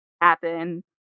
happen